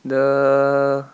the